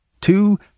Two